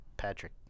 Patrick